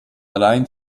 allein